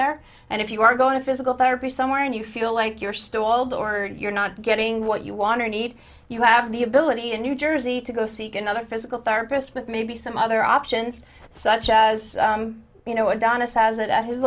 there and if you are going to physical therapy somewhere and you feel like you're stalled or you're not getting what you want or need you have the ability in new jersey to go seek another physical therapist with maybe some other options such as you know adonis has it at his